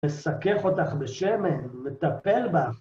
מסכך אותך בשמן, וטפל בה.